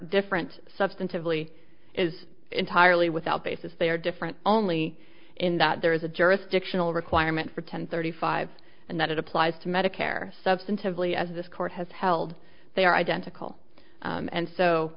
different substantively is entirely without basis they are different only in that there is a jurisdictional requirement for ten thirty five and that it applies to medicare substantively as this court has held they are identical and so